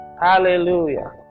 Hallelujah